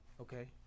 Okay